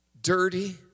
dirty